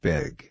Big